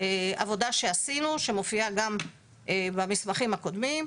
עבודה שעשינו שמופיעה גם במסמכים הקודמים,